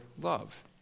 love